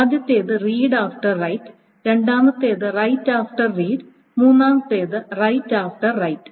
ആദ്യത്തേത് read after write രണ്ടാമത്തേത് write after read മൂന്നാമത്തേത് റൈററ് ആഫ്റ്റർ റൈററ്